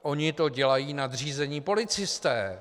Oni to dělají nadřízení policisté!